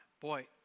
boy